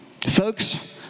Folks